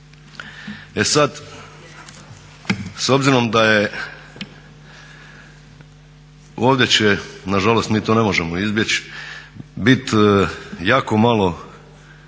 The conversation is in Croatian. E sad, s obzirom da ovdje će, nažalost mi to ne možemo izbjeći, biti jako malo